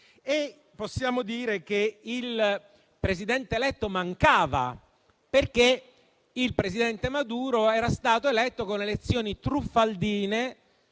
possiamo dire che il Presidente eletto mancava, perché il presidente Maduro era stato eletto con elezioni truffaldine